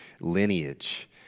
lineage